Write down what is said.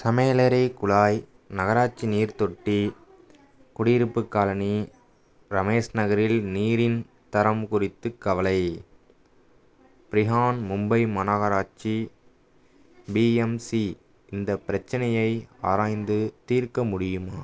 சமையலறை குழாய் நகராட்சி நீர்த்தொட்டி குடியிருப்புக் காலனி ரமேஷ் நகரில் நீரின் தரம் குறித்து கவலை ப்ரிஹான் மும்பை மாநகராட்சி பிஎம்சி இந்தப் பிரச்சனையை ஆராய்ந்து தீர்க்க முடியுமா